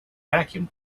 vacuum